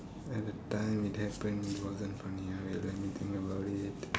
at the time it happened it wasn't funny wait let me think about it